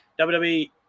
WWE